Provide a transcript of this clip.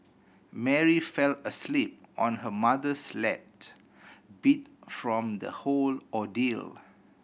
Mary fell asleep on her mother's beat from the whole ordeal